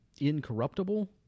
Incorruptible